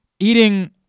eating